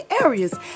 areas